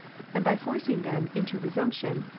and by forcing them into resumption,